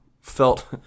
felt